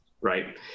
right